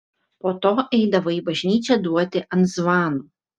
po to eidavo į bažnyčią duoti ant zvanų